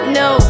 no